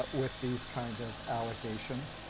ah with these kind of allegations.